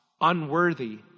unworthy